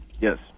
Yes